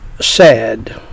sad